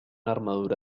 armadura